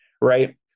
right